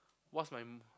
what's my